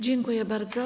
Dziękuję bardzo.